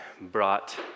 brought